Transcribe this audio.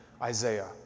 Isaiah